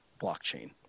blockchain